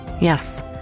Yes